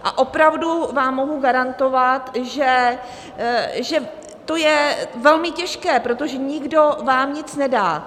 A opravdu vám mohu garantovat, že to je velmi těžké, protože nikdo vám nic nedá.